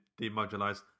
demodulized